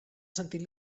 sentit